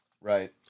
Right